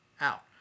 Out